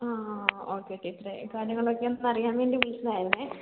ആ ഓക്കെ ടീച്ചറെ കാര്യങ്ങളൊക്കെ ഒന്ന് അറിയാൻ വേണ്ടി വിളിച്ചതായിരുന്നു